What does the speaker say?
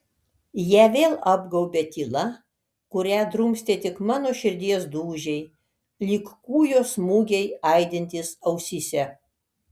ją vėl apgaubė tyla kurią drumstė tik mano širdies dūžiai lyg kūjo smūgiai aidintys ausyse